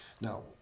Now